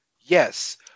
Yes